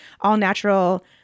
all-natural